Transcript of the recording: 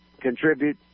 contribute